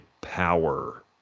power